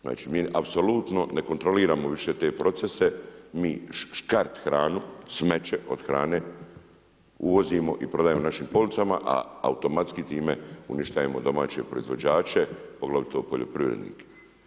Znači mi apsolutno ne kontroliramo više te procese, mi škart hranu, smeće od hrane uvozimo i prodajemo na našim policama a automatski time uništavamo domaće proizvođače, poglavito poljoprivrednike.